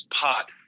pot